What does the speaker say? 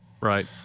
Right